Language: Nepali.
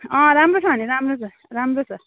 अँ राम्रो छ नि राम्रो छ राम्रो छ